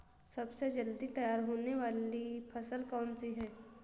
सबसे जल्दी तैयार होने वाली फसल कौन सी है?